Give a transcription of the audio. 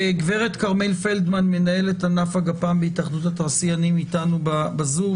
גברת כרמל פלדמן מנהלת ענף הגפ"מ בהתאחדות התעשיינים איתנו בזום,